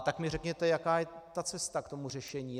Tak mi řekněte, jaká je ta cesta k tomu řešení.